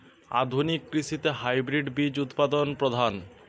আধুনিক কৃষিতে হাইব্রিড বীজ উৎপাদন প্রধান